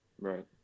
Right